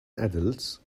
adults